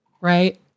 Right